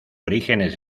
orígenes